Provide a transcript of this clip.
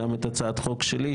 גם את הצעת חוק שלי,